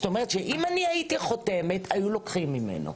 זאת אומרת שאם אני הייתי חותמת היו לוקחים ממנו.